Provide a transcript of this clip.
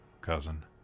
cousin